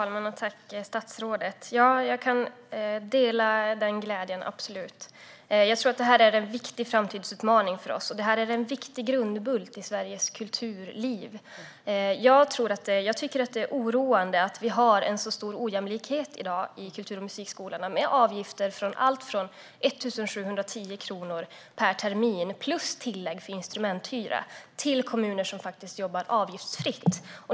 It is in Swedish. Herr talman! Jag delar den glädjen - absolut. Jag tror att detta är en viktig framtidsutmaning för oss, och det är en viktig grundbult i Sveriges kulturliv. Jag tycker att det är oroande att vi har en så stor ojämlikhet i kultur och musikskolan i dag; det är avgifter på allt från 1 710 kronor per termin - plus tillägg för instrumenthyra - till ingenting, i de kommuner som jobbar avgiftsfritt.